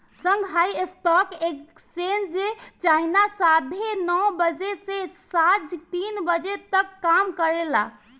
Shanghai stock exchange China साढ़े नौ बजे से सांझ तीन बजे तक काम करेला